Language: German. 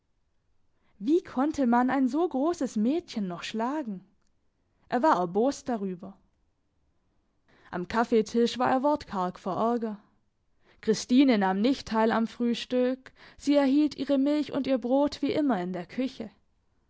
wie konnte man ein so grosses mädchen noch schlagen er war erbost darüber am kaffeetisch war er wortkarg vor ärger christine nahm nicht teil am frühstück sie erhielt ihre milch und ihr brot wie immer in der küche